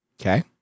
Okay